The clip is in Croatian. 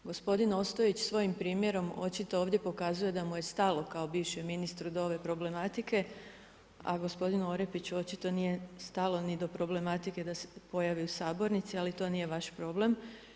Gospodin Ostojić svojim primjerom očito ovdje pokazuje da mu je stalo kao bivšem ministru do ove problematike, a gospodinu Orepiću očito nije stalo ni do problematike da se pojavi u sabornici, ali to nije vaš problem.